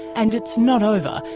and it's not over.